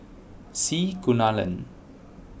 C Kunalan